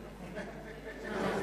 נוכח.